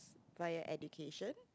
like your education